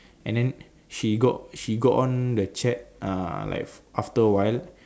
and then she got she got one the check uh like after a while